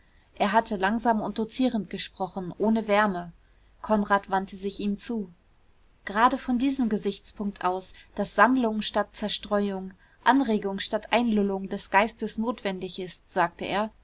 er hatte langsam und dozierend gesprochen ohne wärme konrad wandte sich ihm zu grade von diesem gesichtspunkt aus daß sammlung statt zerstreuung anregung statt einlullung des geistes notwendig ist sagte er